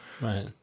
Right